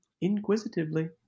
inquisitively